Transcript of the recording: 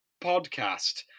podcast